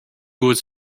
was